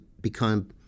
become